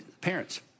Parents